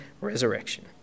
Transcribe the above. resurrection